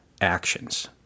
actions